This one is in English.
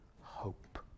hope